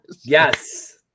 Yes